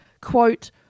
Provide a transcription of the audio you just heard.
quote